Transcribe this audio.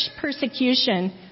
persecution